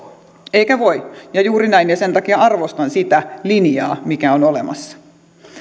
eikä voi juuri näin ja sen takia arvostan sitä linjaa mikä on olemassa